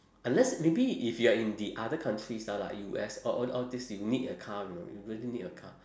unless maybe if you're in the other countries ah like U_S all all all these you need a car you know you really need a car